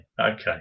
okay